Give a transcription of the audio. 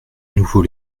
nouveau